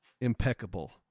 impeccable